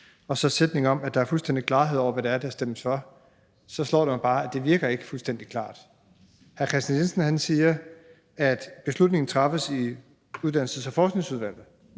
og så sætningen om, at der er fuldstændig klarhed over, hvad det er, man har stemt for, så slår det mig bare, at det ikke virker fuldstændig klart. Hr. Kristian Jensen siger, at beslutningen træffes i Uddannelses- og Forskningsudvalget.